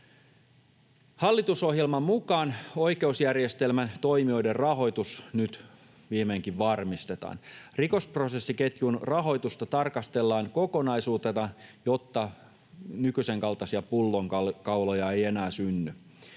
Hallitusohjelman mukaan oikeusjärjestelmän toimijoiden rahoitus nyt viimeinkin varmistetaan. Rikosprosessiketjun rahoitusta tarkastellaan kokonaisuutena, jotta nykyisen kaltaisia pullonkauloja ei enää synny.